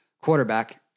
quarterback